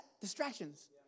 distractions